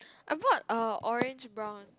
I bought a orange brown